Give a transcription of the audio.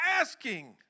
asking